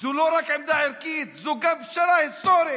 זו לא רק עמדה ערכית, זו גם פשרה היסטורית.